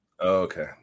Okay